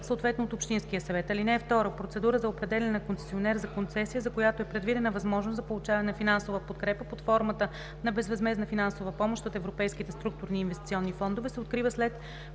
съответно от общинския съвет. (2) Процедура за определяне на концесионер за концесия, за която е предвидена възможност за получаване на финансова подкрепа под формата на безвъзмездна финансова помощ от Европейските структурни и инвестиционни фондове, се открива след